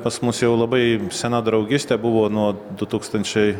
pas mus jau labai sena draugystė buvo nuo du tūkstančiai